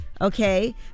okay